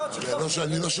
לא, לא.